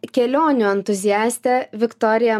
kelionių entuziastė viktorija